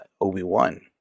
obi-wan